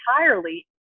entirely